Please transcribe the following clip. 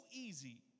easy